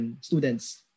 students